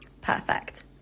Perfect